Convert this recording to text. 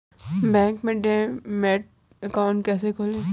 Bank में demat account कैसे खोलें?